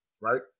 right